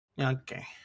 Okay